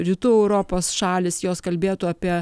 rytų europos šalys jos kalbėtų apie